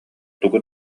тугу